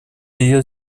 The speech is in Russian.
идет